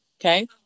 Okay